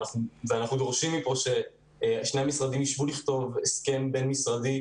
ואנחנו דורשים ששני המשרדים ישבו לכתוב הסכם בין-משרדי,